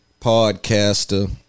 podcaster